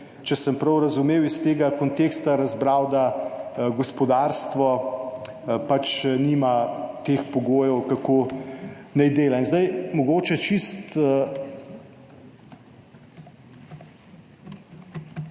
če sem prav razumel, iz tega konteksta razbral, da gospodarstvo pač nima teh pogojev, kako naj dela. Leta 2022 je bilo